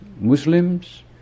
Muslims